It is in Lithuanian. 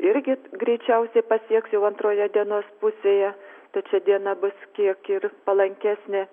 irgi greičiausiai pasieks jau antroje dienos pusėje tačiau diena bus kiek ir palankesnė